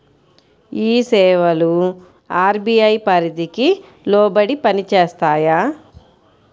ఈ సేవలు అర్.బీ.ఐ పరిధికి లోబడి పని చేస్తాయా?